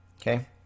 okay